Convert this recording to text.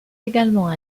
également